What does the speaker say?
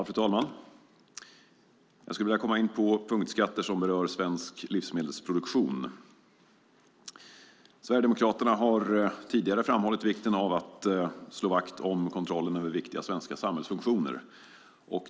Fru talman! Jag skulle vilja komma in på punktskatter som berör svensk livsmedelsproduktion. Sverigedemokraterna har tidigare framhållit vikten av att slå vakt om kontrollen över viktiga svenska samhällsfunktioner.